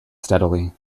steadily